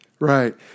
Right